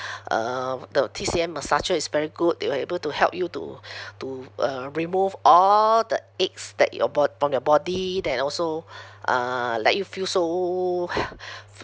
uh the T_C_M massager is very good they will able to help you to to uh remove all the aches that your bod~ from your body then also uh let you feel so fr~